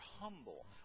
humble